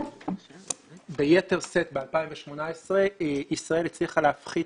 וביתר שאת ב-2018 - לישראל הצליחה להפחית